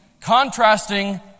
contrasting